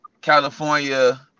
California